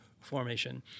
formation